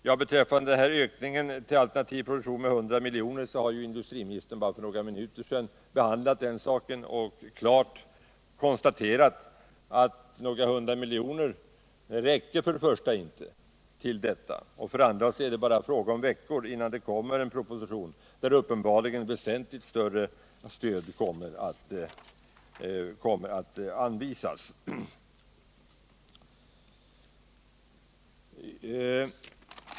Förslaget om ökning av anslaget till alternativ produktion med 100 miljoner har industriministern bara för några minuter sedan behandlat och därvid klart konstaterat, för det första att 100 miljoner inte räcker och för det andra att det bara är fråga om veckor till dess en proposition framläggs enligt vilken uppenbarligen väsentligt större stöd kommer att anvisas.